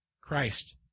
Christ